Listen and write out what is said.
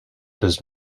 does